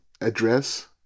address